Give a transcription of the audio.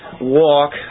walk